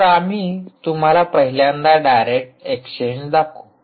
तर आम्ही तुम्हाला पहिल्यांदा डायरेक्ट एक्सचेंज दाखवू